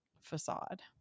facade